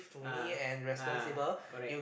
ah ah correct